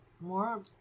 more